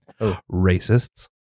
Racists